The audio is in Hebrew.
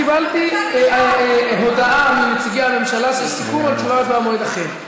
אני קיבלתי הודעה מנציגי הממשלה על סיכום והצבעה במועד אחר.